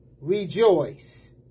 rejoice